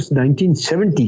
1970